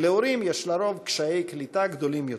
כי להורים יש לרוב קשיי קליטה גדולים יותר.